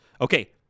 Okay